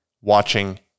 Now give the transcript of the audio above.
watching